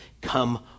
Come